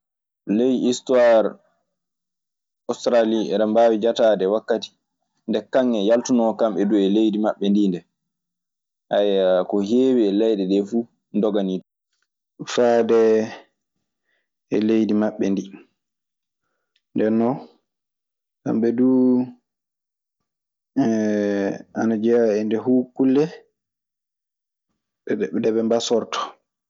Ley histoire ostaralihen hen dem bawi jataɗe wakati nde kangee yaltu non kamɓe dume leydi maɓe ndi dee, ko hewi e leyɗeeɗe fu ndogani dum faade e leydi maɓɓe ndii. Ndennon kamɓe duu, ana jeyaa e kulle nde ɓe mbasorto.